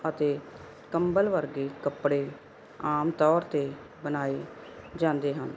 ਅਤੇ ਕੰਬਲ ਵਰਗੇ ਕੱਪੜੇ ਆਮ ਤੌਰ 'ਤੇ ਬਣਾਏ ਜਾਂਦੇ ਹਨ